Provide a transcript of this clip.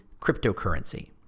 cryptocurrency